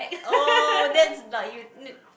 oh that's like you